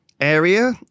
area